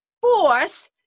force